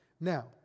Now